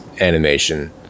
animation